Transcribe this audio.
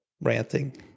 ranting